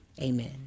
amen